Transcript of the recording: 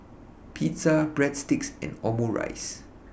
Pizza Breadsticks and Omurice